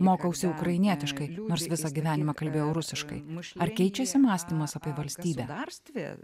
mokausi ukrainietiškai nors visą gyvenimą kalbėjau rusiškai muš ar keičiasi mąstymas apie valstybę tarsteli